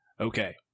Okay